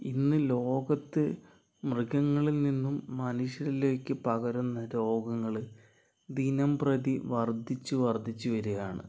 ഇന്ന് ലോകത്ത് മൃഗങ്ങളിൽ നിന്നും മനുഷ്യരിലേക്ക് പകരുന്ന രോഗങ്ങള് ദിനം പ്രതി വർധിച്ചു വർധിച്ചു വരികയാണ്